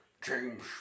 James